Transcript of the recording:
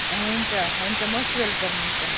हुन्छ हुन्छ most welcome हुन्छ